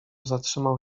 zatrzymał